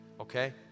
okay